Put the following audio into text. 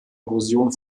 erosion